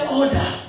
order